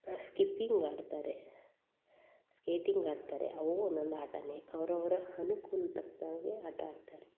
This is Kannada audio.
ಸ್ಕಿಪ್ಪಿಂಗ್ ಆಡ್ತಾರೆ ಸ್ಕೇಟಿಂಗ್ ಆಡ್ತಾರೆ ಅವು ಒಂದೊಂದು ಆಟನೆ ಅವರವ್ರ ಅನುಕೂಲ್ ತಕ್ಕನಾಗೇ ಆಟ ಆಡ್ತಾರೆ